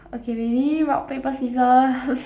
okay ready rock paper scissors